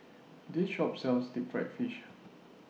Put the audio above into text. This Shop sells Deep Fried Fish